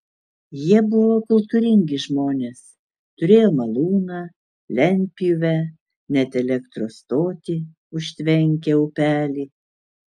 jie buvo kultūringi žmonės turėjo malūną lentpjūvę net elektros stotį užtvenkę upelį